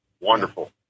Wonderful